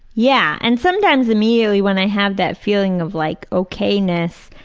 yeah and sometimes immediately when i have that feeling of like okayness,